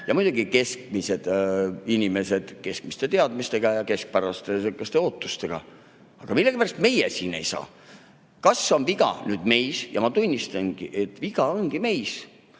ja muidugi keskmised inimesed keskmiste teadmiste ja keskpäraste ootustega. Aga millegipärast meie siin ei saa. Kas on viga meis? Ma tunnistan, et viga ongi meis.